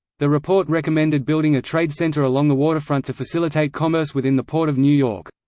the report recommended building a trade center along the waterfront to facilitate commerce within the port of new york.